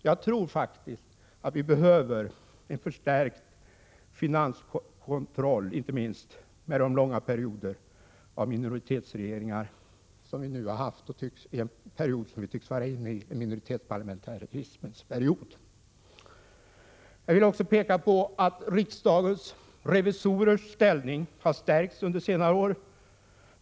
Jag tror faktiskt att det behövs en förstärkt finanskontroll, inte minst med tanke på de senaste långa perioderna med minoritetsregeringar — det tycks nu vara en minoritetsparlamentarismens period. Riksdagens revisorers ställning har stärkts under senare år.